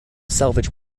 salvage